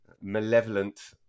malevolent